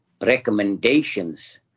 recommendations